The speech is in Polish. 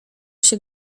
się